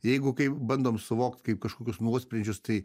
jeigu kai bandom suvokt kaip kažkokius nuosprendžius tai